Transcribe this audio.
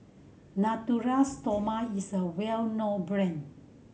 Natura Stoma is a well known brand